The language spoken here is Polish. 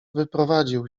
wyprowadził